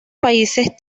países